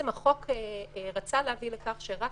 החוק רצה להביא לכך שרק